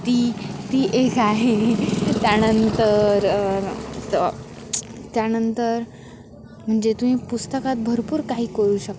ती ती एक आहे त्यानंतर त त्यानंतर म्हणजे तुम्ही पुस्तकात भरपूर काही करू शकता